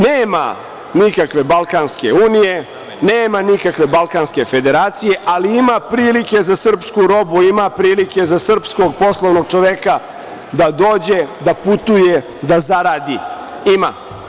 Nema nikakve balkanske unije, nema nikakve balkanske federacije, ali ima prilike za srpsku robu, ima prilike za srpskog poslovnog čoveka da dođe, da putuje, da zaradi, ima.